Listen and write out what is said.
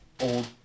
old